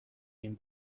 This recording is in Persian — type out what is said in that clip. این